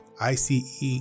ICE